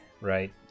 right